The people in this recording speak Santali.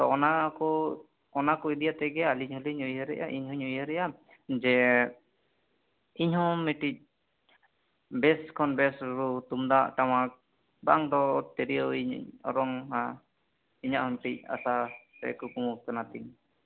ᱛᱚ ᱚᱱᱟ ᱠᱚ ᱚᱱᱟᱠᱚ ᱤᱫᱤ ᱭᱟᱛᱮᱜᱮ ᱟᱹᱞᱤᱧ ᱦᱚᱞᱤᱧ ᱩᱭᱦᱟᱹᱨᱮᱫᱼᱟ ᱤᱧ ᱦᱩᱧ ᱩᱭᱦᱟᱹᱨᱮᱫᱼᱟ ᱡᱮ ᱤᱧ ᱦᱚᱸ ᱢᱤᱫᱴᱤᱱ ᱵᱮᱥ ᱠᱷᱚᱱ ᱵᱮᱥ ᱨᱩ ᱛᱩᱢᱫᱟᱜ ᱴᱟᱢᱟᱠ ᱵᱟᱝᱫᱚ ᱛᱤᱨᱭᱳᱣᱧ ᱚᱨᱚᱝᱼᱟ ᱤᱧᱟᱹᱜ ᱦᱚᱸ ᱢᱤᱫᱴᱤᱱ ᱟᱥᱟ ᱥᱮ ᱠᱩᱠᱢᱩ ᱠᱟᱱᱟ ᱛᱤᱧ